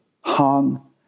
hung